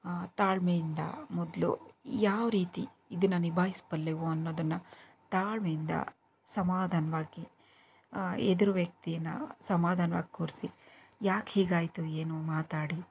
ತಾಳ್ಮೆಯಿಂದ ಮೊದಲು ಯಾವ ರೀತಿ ಇದನ್ನು ನಿಭಾಯಿಸ್ಬಲ್ಲೆವು ಅನ್ನೋದನ್ನು ತಾಳ್ಮೆಯಿಂದ ಸಮಾಧಾನವಾಗಿ ಎದುರು ವ್ಯಕ್ತಿನ ಸಮಾಧಾನವಾಗಿ ಕೂರಿಸಿ ಯಾಕೆ ಹೀಗಾಯಿತು ಏನು ಮಾತಾಡಿ